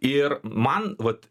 ir man vat